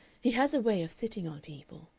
he has a way of sitting on people.